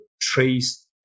trace